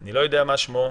אני לא יודע מה שמו.